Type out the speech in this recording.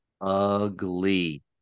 ugly